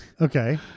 Okay